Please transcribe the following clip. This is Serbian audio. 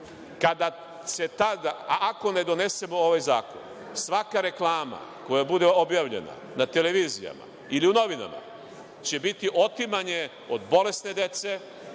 danas sedimo. Ako ne donesemo ovaj zakon, svaka reklama koja bude objavljena na televiziji ili u novinama će biti otimanje od bolesne dece,